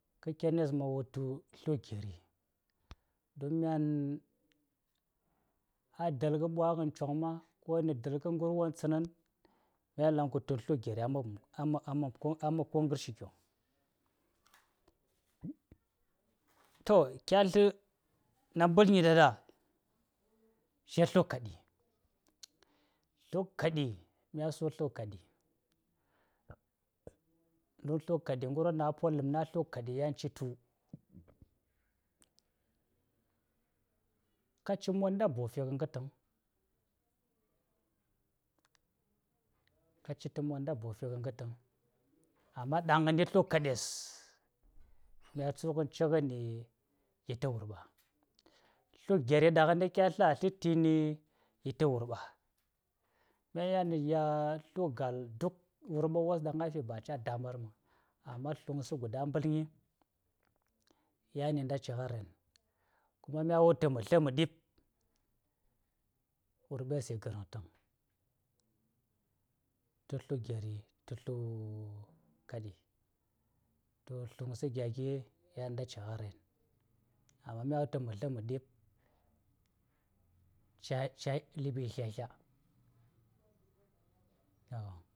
kə kenes ma wutu tlu seri don myan a dək kə bwa ngən coŋ ma ko nə dəl kə ngərwon tsənin mya yel kutuŋ tlu geri a mob ko ngərshi gyo, to tlə na mbətlimi ɗa ɗa she tlu kəɗi, tlu kaɗi mya su tlu kaɗi tlu kaɗi ngər won ɗan a polam a tlu kaɗi yan ci tu kaci tə monda bawo fi ngə gə tən, kaci ta monda bawo fi ngə kətəŋ amma ɗaŋni tlu kaɗes mya su ngən ci ngəni yi tə wurɓa tlu geri ɗaŋni kya tlə tə a sə təni yi tə wurɓa, mya yel gya tlu gal duk wurɓa wos ɗan a fi ba ca da mɓar məŋ amma tluŋ sə guda mbətl mi yani ngən ca rahn kuma mya wutu mə tlə mə ɗiɓ wurɓes yi ngərən tən tə tlu geri tə tlu kaɗi to tluŋ sə gya gi yanta caa rahn amma mya wutu mə tla məɗib ca təɓi yi tlya-tlya.